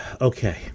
Okay